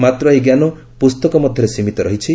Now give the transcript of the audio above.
ମାତ୍ର ଏହି ଜ୍ଞାନ ପୁସ୍ତକ ମଧ୍ୟରେ ସୀମିତ ରହିଛି